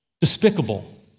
despicable